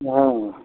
वहाँ